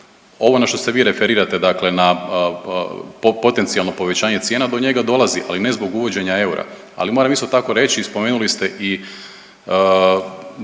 Ovo na što se vi referirate dakle na potencijalno povećanje cijena do njega dolazi ali ne zbog uvođenja eura. Ali moram isto tako reći, spomenuli ste i